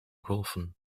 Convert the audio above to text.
golfen